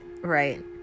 right